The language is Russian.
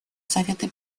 совета